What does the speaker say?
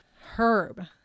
herb